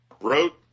wrote